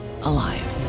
alive